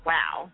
Wow